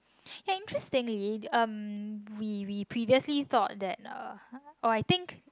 interestingly um we we previously thought that uh oh I think